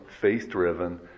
faith-driven